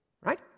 Right